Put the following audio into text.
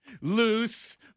Loose